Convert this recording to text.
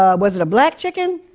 ah was it a black chicken?